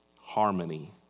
harmony